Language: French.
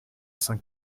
saint